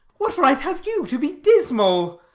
what right have you to be dismal?